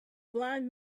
blind